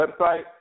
website